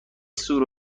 سور